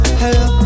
hello